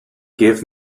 give